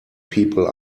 people